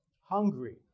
hungry